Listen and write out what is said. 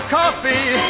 coffee